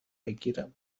بگیرم